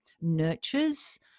nurtures